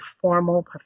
formal